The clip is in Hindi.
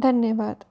धन्यवाद